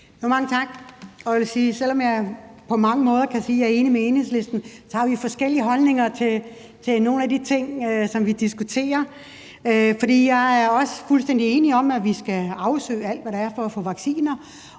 sige, at selv om jeg på mange måder kan sige, at jeg er enig med Enhedslisten, så har vi forskellige holdninger til nogle af de ting, som vi diskuterer. Jeg er også fuldstændig enig i, at vi skal afsøge alt, hvad der er, for at få vacciner,